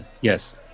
Yes